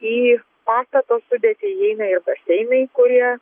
į pastato sudėtį įeina ir baseinai kurie